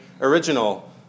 original